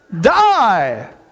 die